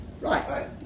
Right